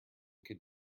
could